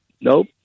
nope